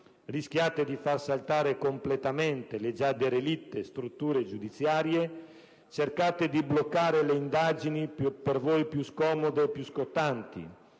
rischiate di far saltare completamente le già derelitte strutture giudiziarie, cercate di bloccare le indagini per voi più scomode e scottanti,